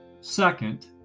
Second